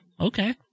okay